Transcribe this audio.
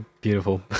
beautiful